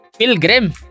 Pilgrim